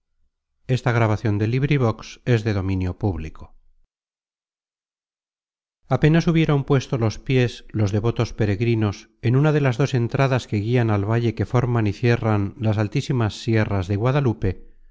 apenas hubieron puesto los piés los devotos peregrinos en una de las dos entradas que guian al valle que forman y cierran las altísimas sierras de guadalupe